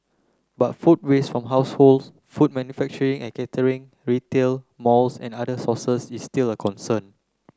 but food waste from households food manufacturing and catering retail malls and other sources is still a concern